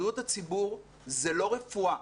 בריאות הציבור זה לא רפואה,